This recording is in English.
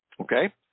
okay